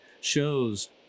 shows